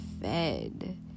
fed